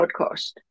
podcast